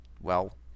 well-